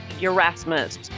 Erasmus